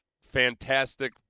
fantastic